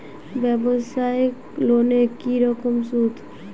ব্যবসায়িক লোনে কি রকম সুদ?